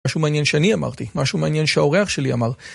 משהו מעניין שאני אמרתי, משהו מעניין שהאורח שלי אמר.